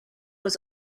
was